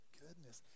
goodness